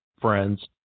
friends